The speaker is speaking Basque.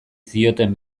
zioten